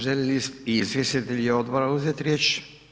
Žele li izvjestitelji odbora uzeti riječ?